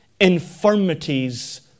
infirmities